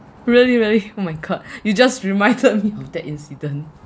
really really oh my god you just reminded me on that incident